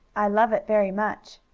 i love it very much,